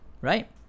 right